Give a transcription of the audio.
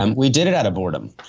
and we did it out of boredom.